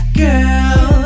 girl